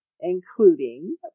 including